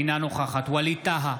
אינה נוכחת ווליד טאהא,